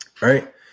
Right